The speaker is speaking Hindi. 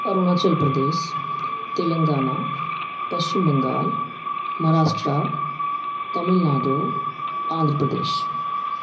अरुणाचल प्रदेश तेलंगाना पश्चिम बंगाल महाराष्ट्र तमिलनाडु आन्ध्र प्रदेश